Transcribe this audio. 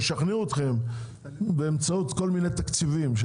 ישכנעו אתכם באמצעות כל מיני תקציבים,